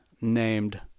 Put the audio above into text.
named